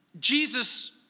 Jesus